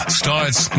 starts